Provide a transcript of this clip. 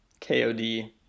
kod